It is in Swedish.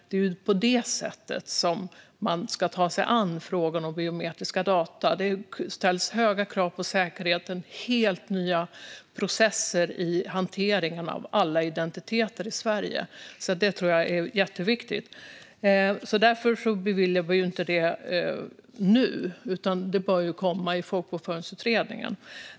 Det är på detta sätt man ska ta sig an frågan om biometriska data. Det ställs höga krav på säkerhet, och det handlar om helt nya processer i hanteringen av alla identiteter i Sverige. Det är jätteviktigt. Därför beviljar vi inte detta nu, utan det bör komma i Folkbokföringsutredningen.